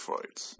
Fights